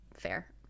Fair